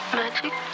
magic